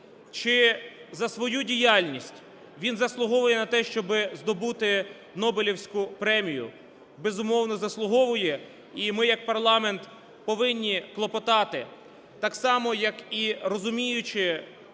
Чи за свою діяльність він заслуговує на те, щоби здобути Нобелівську премію? Безумовно, заслуговує, і ми як парламент повинні клопотати так само, як і розуміючи